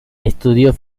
estudió